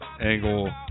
Angle